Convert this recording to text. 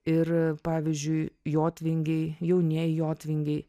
ir pavyzdžiui jotvingiai jaunieji jotvingiai